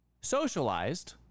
socialized